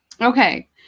Okay